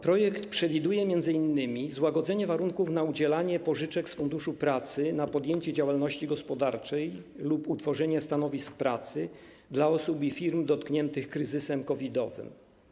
Projekt przewiduje m.in. złagodzenie warunków udzielania pożyczek z Funduszu Pracy na podjęcie działalności gospodarczej lub utworzenie stanowisk pracy dla osób i firm dotkniętych kryzysem COVID-owym.